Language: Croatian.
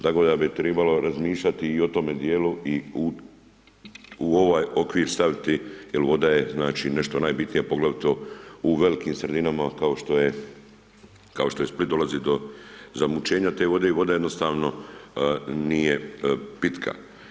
Tako da bi trebalo razmišljati i u tome dijelu i u ovaj okvir staviti, jer voda je nešto najbitnija, poglavito u velikim sredinama, kao što je Split, dolazi do zamućena te vode i voda jednostavno nije pitka.